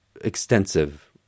extensive